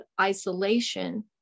isolation